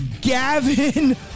Gavin